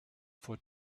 for